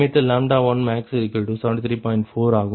4 ஆகும்